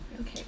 Okay